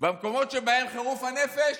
במקומות שבהם חירוף הנפש